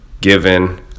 given